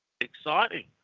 exciting